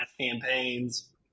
campaigns